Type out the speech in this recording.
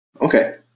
Okay